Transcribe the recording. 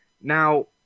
Now